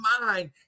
mind